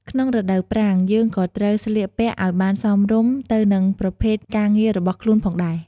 ក្នុងរដូវប្រាំង យើងក៏ត្រូវស្លៀកពាក់ឲ្យបានសមរម្យទៅនឹងប្រភេទការងាររបស់ខ្លួនផងដែរ។